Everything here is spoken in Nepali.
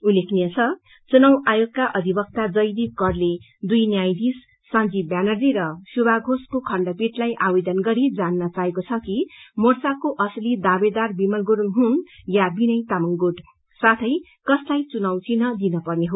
उल्लेखनीय छ चुनाउ आयोगका अधिवक्ता जयदीप करले दुई न्यायधीश संजीव ब्यानर्जी र शुभा घोषको खण्डपीठलाई आवेदन गरी जान्न चाहेको छ कि मोर्चाको असली दावेदार विमल गुरूङ हुन या विनय तामाङ गुट साथै कसलाई चुनाउ चिन्ह दिन पर्ने हो